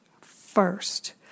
first